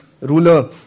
ruler